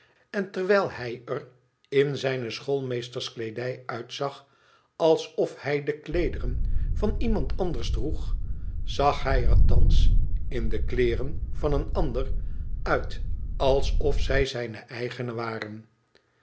n terwijl hij er in zijne schoolmeesterskleedij uitzag alsof hij de kleederen van iemand anders droeg zag hij er thans in de kleederen van een ander uit alsof zij zijne eigene waren